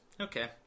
okay